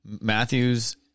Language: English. Matthew's